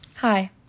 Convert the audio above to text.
Hi